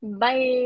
Bye